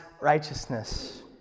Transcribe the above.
righteousness